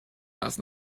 last